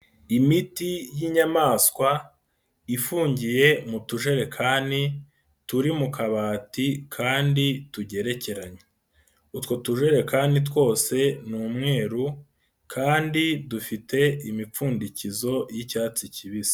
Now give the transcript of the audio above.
Imiti y'inyamaswa ifungiye mu tujerekani turi mu kabati kandi tugerekeranye. Utwo tujerekani twose ni umweru kandi dufite imipfundikizo y'icyatsi kibisi.